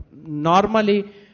normally